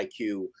IQ